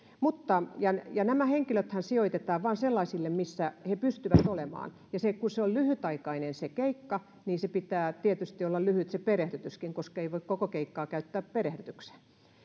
ja ja nämä henkilöthän sijoitetaan vain sellaisille paikoille missä he pystyvät olemaan ja kun on lyhytaikainen se keikka niin pitää tietysti olla lyhyt se perehdytyskin koska ei voi koko keikkaa käyttää perehdytykseen